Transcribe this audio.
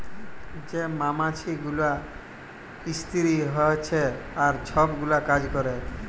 যে মমাছি গুলা ইস্তিরি হছে আর ছব গুলা কাজ ক্যরে